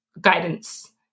guidance